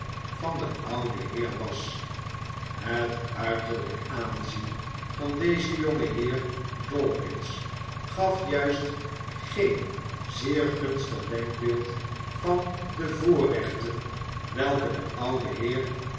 van den ouden heer was het uiterlijk aanzien van den jongen heer dawkins gaf juist geen zeer gunstig denkbeeld van de voorrechten welke de oude heer